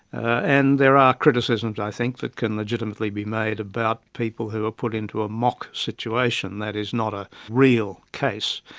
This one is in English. and there are criticisms i think that can legitimately be made about people who are put into a mock situation, that is not a real case.